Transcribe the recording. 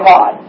God